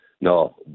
no